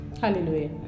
hallelujah